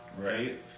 right